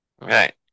right